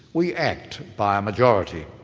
we act by majority.